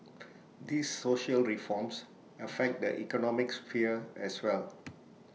these social reforms affect the economic sphere as well